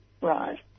Right